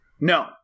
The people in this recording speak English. No